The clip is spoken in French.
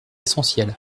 essentiel